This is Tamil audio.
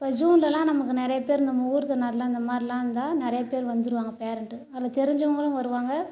இப்போ ஜூன்லலாம் நமக்கு நிறைய பேர் நம்ம ஊர் திருநாளில் இந்த மாதிரிலாம் இருந்தால் நிறையா பேர் வந்துருவாங்க பேரெண்ட்டு அதில் தெரிஞ்சவங்களும் வருவாங்க